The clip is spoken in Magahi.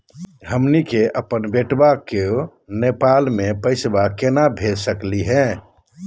हमनी के अपन बेटवा क नेपाल महिना पैसवा केना भेज सकली हे?